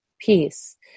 Peace